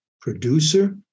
producer